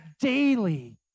daily